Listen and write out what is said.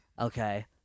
Okay